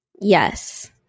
Yes